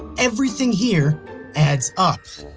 everything here adds up.